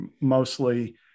mostly